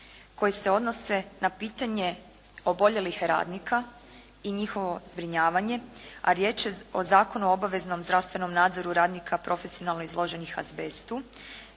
koji se odnose na pitanje oboljelih radnika i njihovo zbrinjavanje, a riječ je o Zakonu o obaveznom zdravstvenom nadzoru radnika profesionalno izloženih azbestu,